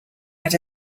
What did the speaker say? had